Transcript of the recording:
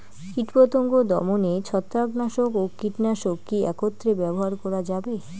কীটপতঙ্গ দমনে ছত্রাকনাশক ও কীটনাশক কী একত্রে ব্যবহার করা যাবে?